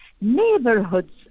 neighborhoods